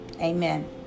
Amen